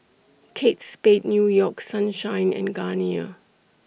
Kate Spade New York Sunshine and Garnier